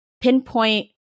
pinpoint